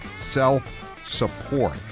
self-support